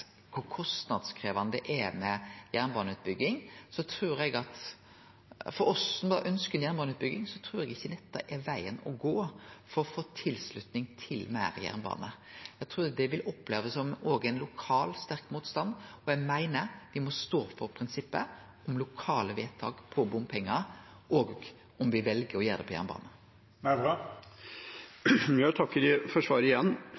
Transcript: kostnadskrevjande det er med jernbaneutbygging, ikkje er vegen å gå for å få tilslutning til meir jernbane, for oss som ønskjer det. Eg trur det vil opplevast som lokal, sterk motstand, og eg meiner at me må stå for prinsippet om lokale vedtak på bompengar, òg om me vel å gjere det på jernbanen. Jeg takker igjen for svaret.